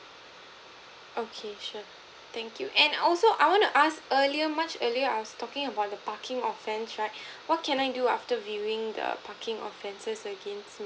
okay sure thank you and also I wanna ask earlier much earlier I was talking about the parking offence right what can I do after viewing the parking offences again